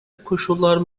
koşullar